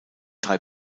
drei